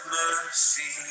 mercy